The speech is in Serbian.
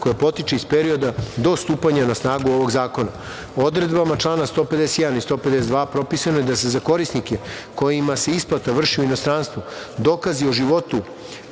koja potiče iz perioda do stupanja na snagu ovog zakona. Odredbama člana 151. i 152. propisano je da se za korisnike kojima se isplata vrši u inostranstvu, dokazi o životu